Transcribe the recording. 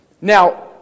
Now